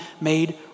made